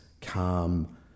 calm